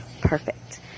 perfect